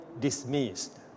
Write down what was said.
dismissed